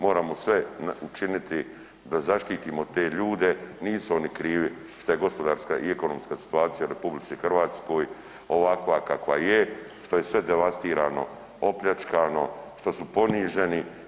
Moramo sve učiniti da zaštitimo te ljude, nisu oni krivi što je gospodarska i ekonomska situacija u RH ovakva kava je, što je sve devastirano, opljačkano, što su poniženi.